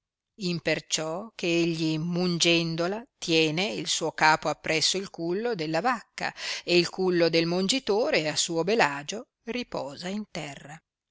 e quella munge imperciò che egli mungendola tiene il suo capo appresso il cullo della vacca e il cullo del mongitore a suo bel agio riposa in terra